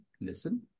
listen